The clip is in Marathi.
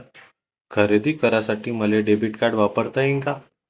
खरेदी करासाठी मले डेबिट कार्ड वापरता येईन का?